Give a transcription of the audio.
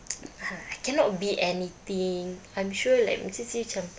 ah cannot be anything I'm sure like mesti dia macam